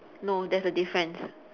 no there's a difference